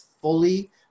fully